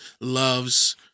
loves